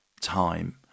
time